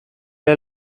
est